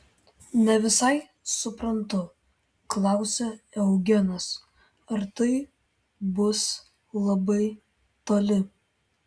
ne visai suprantu klausė eugenas ar tai bus labai toli